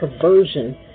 perversion